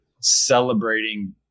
celebrating